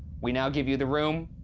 we now give you the room.